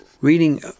reading